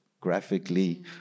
graphically